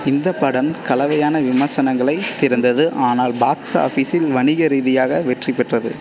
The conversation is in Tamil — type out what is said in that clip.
இந்த படம் கலவையான விமர்சனங்களைத் திறந்தது ஆனால் பாக்ஸ் ஆஃபிஸில் வணிக ரீதியாக வெற்றி பெற்றது